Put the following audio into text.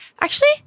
actually-